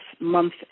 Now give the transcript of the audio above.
month